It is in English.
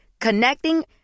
Connecting